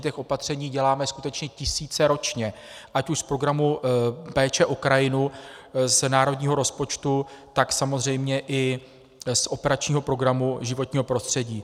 Těch opatření děláme skutečně tisíce ročně, ať už z Programu péče o krajinu z národního rozpočtu, tak samozřejmě i z operačního programu Životní prostředí.